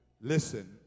Listen